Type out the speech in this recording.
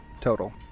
total